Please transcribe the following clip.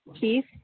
Keith